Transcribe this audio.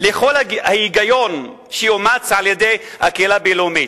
לקול ההיגיון שאומץ על-ידי הקהילה הבין-לאומית.